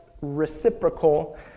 reciprocal